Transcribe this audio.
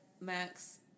Max